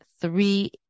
three